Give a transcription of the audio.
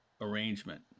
arrangement